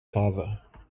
father